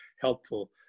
helpful